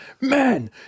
man